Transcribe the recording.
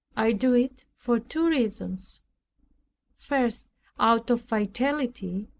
i do it for two reasons first out of fidelity,